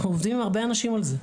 אנחנו עובדים עם הרבה אנשים על זה.